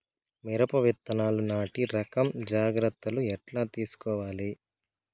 మిరప విత్తనాలు నాటి రకం జాగ్రత్తలు ఎట్లా తీసుకోవాలి?